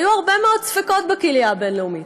היו הרבה מאוד ספקות בקהילה הבין-לאומית.